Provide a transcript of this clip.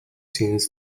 sins